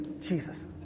Jesus